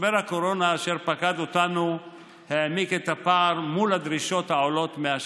משבר הקורונה אשר פקד אותנו העמיק את הפער מול הדרישות העולות מהשטח.